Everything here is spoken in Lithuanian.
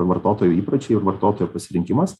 vartotojų įpročiai ir vartotojo pasirinkimas